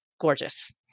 gorgeous